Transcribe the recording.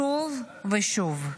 שוב ושוב,